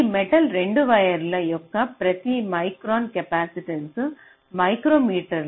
ఈ metal 2 wire యొక్క ప్రతి మైక్రాన్ కెపాసిటెన్స మైక్రోమీటర్కు 0